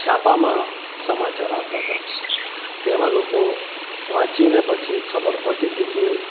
છાપામાં સમાચાર આવતા તા તેમાં લોકો વાંચીને પછી ખબર પડતી હતી કે